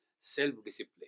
self-discipline